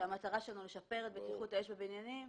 שהמטרה שלו לשפר את בטיחות האש בבניינים